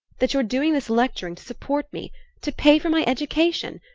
that you're doing this lecturing to support me to pay for my education!